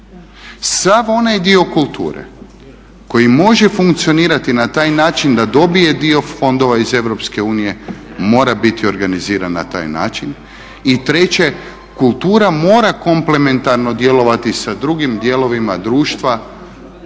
Sav onaj dio kulture koji može funkcionirati na taj način da dobije dio fondova iz Europske unije mora biti organiziran na taj način. I treće, kultura mora komplementarno djelovati sa drugim dijelovima društva,